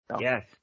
Yes